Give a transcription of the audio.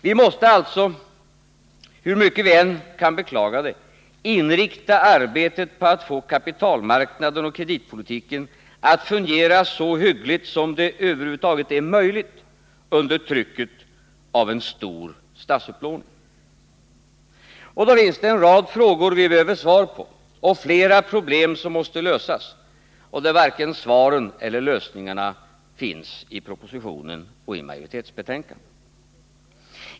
Vi måste alltså, hur mycket vi än kan beklaga det, inrikta arbetet på att få kapitalmarknaden och kreditpolitiken att fungera så hyggligt som det över huvud taget är möjligt under trycket av en stor statsupplåning. Och då finns det en rad frågor vi behöver svar på och flera problem som måste lösas — där varken svaren eller lösningarna finns i propositionen eller i majoritetsbetänkandet.